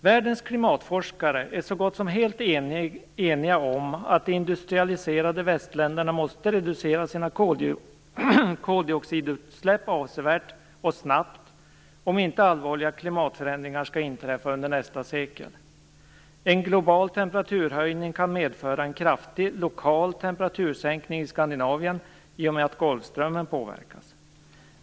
Världens klimatforskare är så gott som helt eniga om att de industrialiserade västländerna måste reducera sina koldioxidutsläpp avsevärt och snabbt om inte allvarliga klimatförändringar skall inträffa under nästa sekel. En global temperaturhöjning kan medföra en kraftig lokal temperatursänkning i Skandinavien i och med att Golfströmmen påverkas.